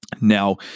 Now